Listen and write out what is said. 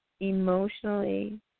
emotionally